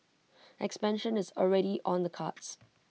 expansion is already on the cards